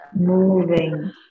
moving